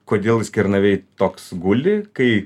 kodėl jis kernavėj toks guli kai